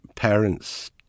Parents